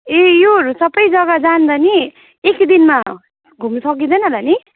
ए योहरू सबै जग्गा जाँदा नि एकै दिनमा घुम्नु सकिँदैन होला नि